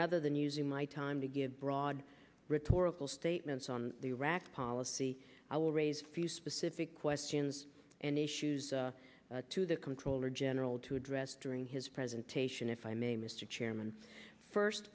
rather than using my time to give broad rhetorical statements on the iraq policy i will raise few specific questions and issues to the comptroller general to address during his presentation if i may mr chairman first